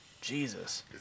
Jesus